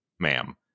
Ma'am